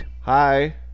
Hi